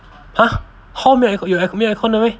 !huh! hall 没有 aircon 有没有 aircon 的 meh